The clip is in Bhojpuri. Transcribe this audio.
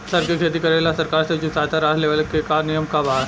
सर के खेती करेला सरकार से जो सहायता राशि लेवे के का नियम बा?